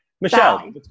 Michelle